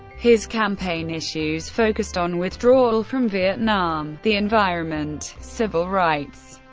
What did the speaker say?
his campaign issues focused on withdrawal from vietnam, the environment, civil rights,